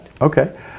Okay